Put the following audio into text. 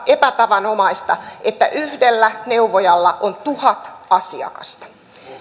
epätavanomaista että yhdellä neuvojalla on tuhat asiakasta